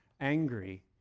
angry